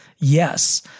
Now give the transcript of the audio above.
Yes